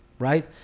Right